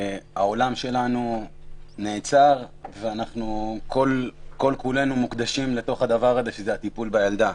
העולם שלנו נעצר ואנחנו כולנו מוקדשים לטיפול בילדה.